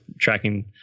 tracking